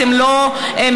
אתם לא מסייעים.